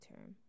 term